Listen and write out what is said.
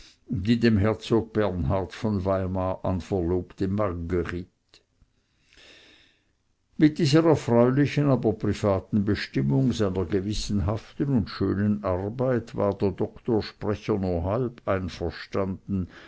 die dem herzog bernhard von weimar anverlobte marguerite mit dieser erfreulichen aber privaten bestimmung seiner gewissenhaften und schönen arbeit war der doktor sprecher nur halb einverstanden